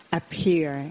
appear